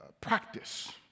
practice